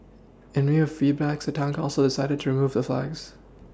in view a feedbacks the town council decided to remove a flags